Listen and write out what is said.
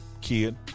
kid